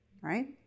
right